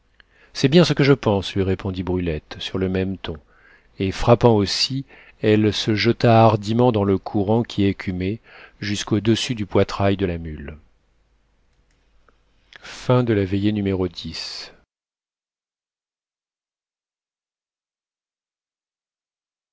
c'est bien ce que je pense lui répondit brulette sur le même ton et frappant aussi elle se jeta hardiment dans le courant qui écumait jusqu'au-dessus du poitrail de la mule onzième veillée